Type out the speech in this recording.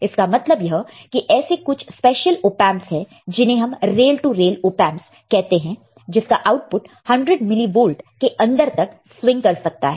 इसका मतलब यह कि ऐसे कुछ स्पेशल ऑपएंपस है जिन्हें हम रेल टू रेल ऑपएंपस कहते हैं जिसका आउटपुट 100 मिली वोल्ट के अंदर तक स्विंग कर सकता है